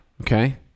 okay